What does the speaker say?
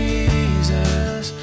Jesus